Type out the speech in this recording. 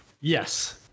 Yes